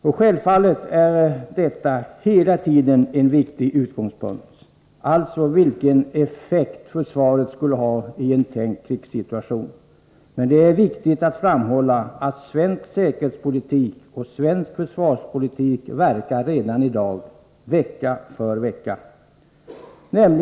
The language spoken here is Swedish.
Vilken effekt försvaret skulle ha i en tänkt krigssituation är självfallet hela tiden en viktig utgångspunkt. Men det är viktigt att framhålla att svensk säkerhetspolitik och svensk försvarspolitik verkar redan i dag, vecka för vecka.